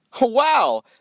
Wow